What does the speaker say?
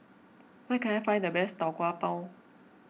where can I find the best Tau Kwa Pau